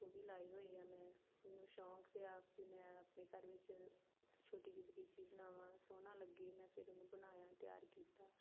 ਉਹ ਵੀ ਲਾਏ ਹੋਏ ਆ ਮੈਂ ਮੈਨੂੰ ਸ਼ੌਂਕ ਆ ਵੀ ਮੈਂ ਆਪਣੇ ਘਰ ਵਿੱਚ ਛੋਟੀ ਜਿਹੀ ਬਗੀਚੀ ਬਣਾਵਾਂ ਸੋਹਣਾ ਲੱਗੇ ਮੈਂ ਫਿਰ ਉਹਨੂੰ ਬਣਾਇਆ ਤਿਆਰ ਕੀਤਾ